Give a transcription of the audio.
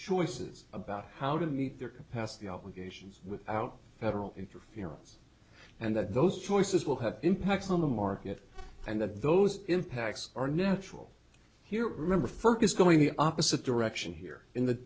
choices about how to meet their capacity obligations without federal interference and that those choices will have impacts on the market and that those impacts are natural here remember fergus going the opposite direction here in the